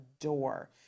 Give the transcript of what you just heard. adore